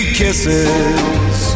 kisses